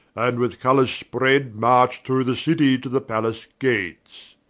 and with colours spread marcht through the citie to the pallace gates